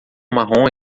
marrom